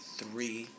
three